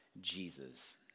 Jesus